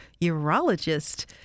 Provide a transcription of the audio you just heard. urologist